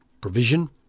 provision